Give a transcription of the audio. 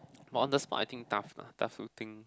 but on the spot I think tough lah tough to think